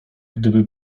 gdyby